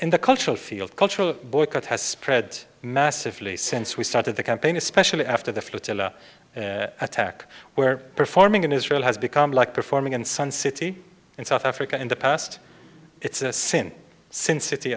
in the cultural field cultural boycott has spread massively since we started the campaign especially after the flotilla attack where performing in israel has become like performing in sun city in south africa in the past it's a sin sin city